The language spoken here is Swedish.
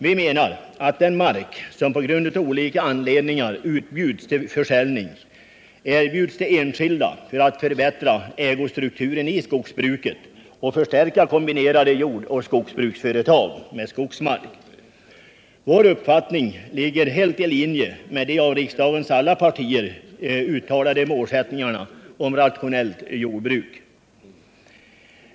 Vi menar att den mark som nu av olika anledningar utbjuds till försäljning erbjuds till enskilda för att man därigenom skall förbättra ägostrukturen i skogsbruket och förstärka kombinerade jordoch skogsbruksföretag med skogsmark. Vår uppfattning ligger helt i linje med de av riksdagens alla partier uttalade målsättningarna om rationellt jordbruk.